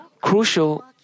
crucial